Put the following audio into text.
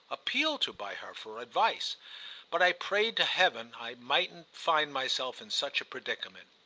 appealed to by her for advice but i prayed to heaven i mightn't find myself in such a predicament.